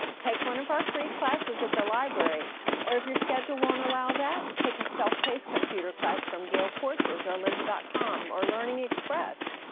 take one of our free classes at the library or, if your schedule won't allow that, take a self-paced computer class from gale courses or lynda dot com or learning express.